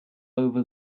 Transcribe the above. over